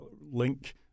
link